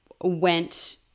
went